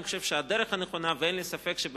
אני חושב שהדרך הנכונה, ואין לי ספק, שבממשלה,